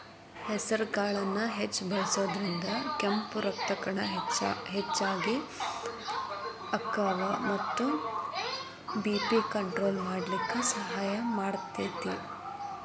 ಹೆಸರಕಾಳನ್ನ ಹೆಚ್ಚ್ ಬಳಸೋದ್ರಿಂದ ಕೆಂಪ್ ರಕ್ತಕಣ ಹೆಚ್ಚಗಿ ಅಕ್ಕಾವ ಮತ್ತ ಬಿ.ಪಿ ಕಂಟ್ರೋಲ್ ಮಾಡ್ಲಿಕ್ಕೆ ಸಹಾಯ ಮಾಡ್ತೆತಿ